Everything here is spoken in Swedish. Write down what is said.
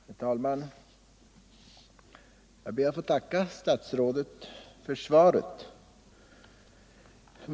Herr talman! Jag ber att få tacka statsrådet för svaret.